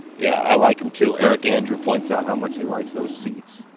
yeah, i like em too. eric andrew points out how much he likes those seats.